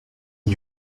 n’y